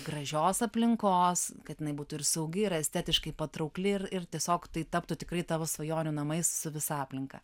gražios aplinkos kad jinai būtų ir saugi ir estetiškai patraukli ir ir tiesiog tai taptų tikrai tavo svajonių namais su visa aplinka